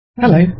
Hello